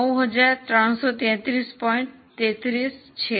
33 છે